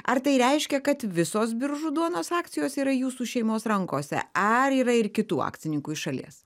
ar tai reiškia kad visos biržų duonos akcijos yra jūsų šeimos rankose ar yra ir kitų akcininkų iš šalies